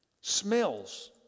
Smells